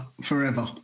forever